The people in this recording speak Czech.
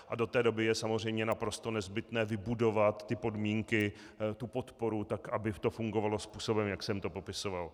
A do té doby je samozřejmě naprosto nezbytné vybudovat podmínky, tu podporu tak, aby to fungovalo způsobem, jak jsem to popisoval.